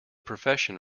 profession